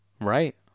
Right